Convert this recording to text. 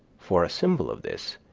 for a symbol of this,